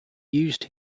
used